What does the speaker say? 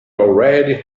already